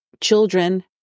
children